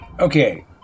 Okay